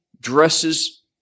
dresses